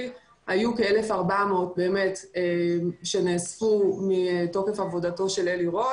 היו כ-1,400 שנאספו מתוקף עבודתו של אלי רון